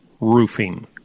Roofing